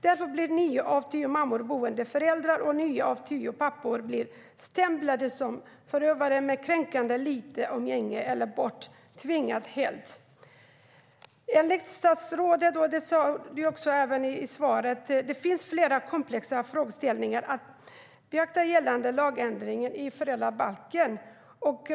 Därför blir nio av tio mammor boendeförälder, och nio av tio pappor blir stämplade som förövare med kränkande lite umgänge eller blir helt borttvingade. Som statsrådet sade i svaret finns det flera komplexa frågeställningar att beakta gällande lagändringen i föräldrabalken.